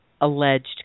alleged